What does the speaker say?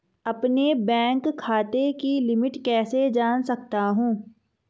अपने बैंक खाते की लिमिट कैसे जान सकता हूं?